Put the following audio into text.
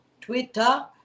Twitter